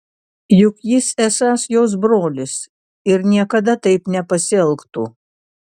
juk jis esąs jos brolis ir niekada taip nepasielgtų